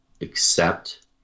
accept